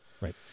right